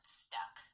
stuck